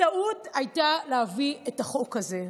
הטעות הייתה להביא את החוק הזה.